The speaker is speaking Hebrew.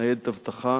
ניידת אבטחה